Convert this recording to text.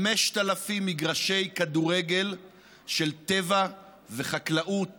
5,000 מגרשי כדורגל של טבע וחקלאות